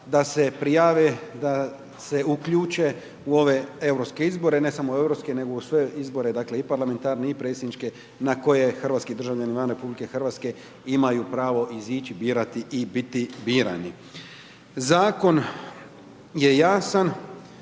da se prijave, da se uključe u ove europske izbore, ne samo u europske, nego u sve izbore, dakle, i parlamentarne i predsjedničke, na koje hrvatski državljani van RH imaju pravo izići, birati i biti birani. Zakon je jasan,